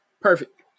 Perfect